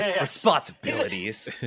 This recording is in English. responsibilities